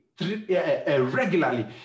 regularly